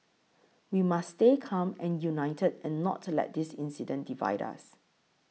we must stay calm and united and not let this incident divide us